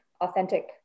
authentic